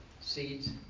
seeds